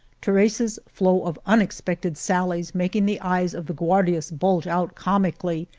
teresa's flow of unexpected sallies making the eyes of the guardias bulge out comically,